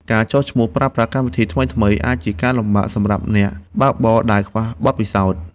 ការចុះឈ្មោះប្រើប្រាស់កម្មវិធីថ្មីៗ អាចជាការលំបាកសម្រាប់អ្នកបើកបរដែលខ្វះបទពិសោធន៍។